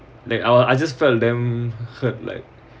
like I was I just felt them hurt like